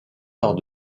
arts